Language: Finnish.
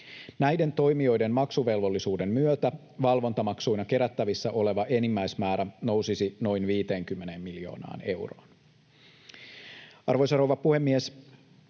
Näiden toimijoiden maksuvelvollisuuden myötä valvontamaksuina kerättävissä oleva enimmäismäärä nousisi noin 50 miljoonaan euroon. Arvoisa rouva puhemies!